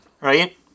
right